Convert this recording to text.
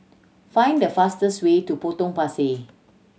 find the fastest way to Potong Pasir